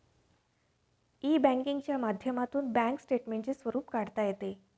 E बँकिंगच्या माध्यमातून bank स्टेटमेंटचे स्वरूप काढता येतं